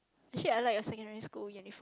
actually I like your secondary school uniform